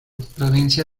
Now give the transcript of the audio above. provincia